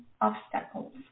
obstacles